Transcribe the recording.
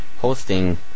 hosting